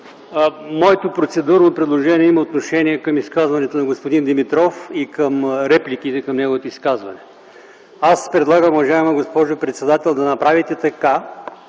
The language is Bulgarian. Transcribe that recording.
Моето процедурно предложение има отношение към изказването на господин Димитров и към репликите към неговото изказване. Госпожо председател, аз предлагам да направите така,